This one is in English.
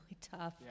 tough